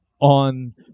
on